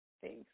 Thanks